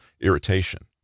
irritation